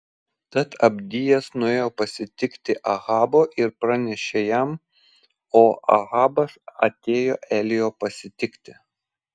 tad abdijas nuėjo pasitikti ahabo ir pranešė jam o ahabas atėjo elijo pasitikti